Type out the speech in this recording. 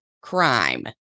crime